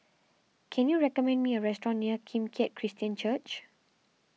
can you recommend me a restaurant near Kim Keat Christian Church